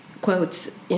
quotes